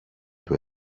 του